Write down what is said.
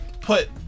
put